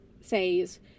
says